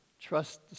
Trust